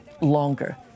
longer